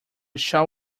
shall